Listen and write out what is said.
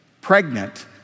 pregnant